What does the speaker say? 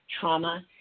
trauma